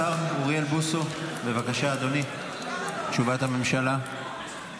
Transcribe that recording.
השר אוריאל בוסו, בבקשה, אדוני, תשובת הממשלה.